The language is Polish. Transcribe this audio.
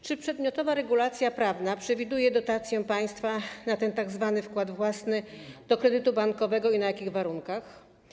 Czy przedmiotowa regulacja prawna przewiduje dotację państwa na tzw. wkład własny do kredytu bankowego i na jakich warunkach?